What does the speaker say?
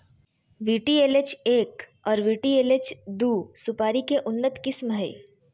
VTLH एक आर VTLH दू सुपारी के उन्नत किस्म हय